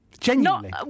Genuinely